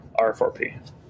r4p